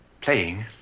Playing